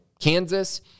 Kansas